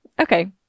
Okay